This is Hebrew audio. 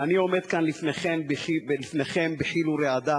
אני עומד כאן לפניכם בחיל ורעדה,